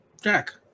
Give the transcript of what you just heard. jack